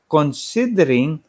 Considering